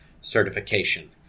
Certification